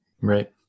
Right